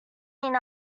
clean